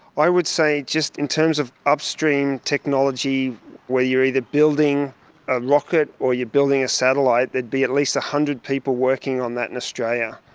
i would say just in terms of upstream technology where you're either building a rocket or you're building a satellite, there'd be at least one hundred people working on that in australia.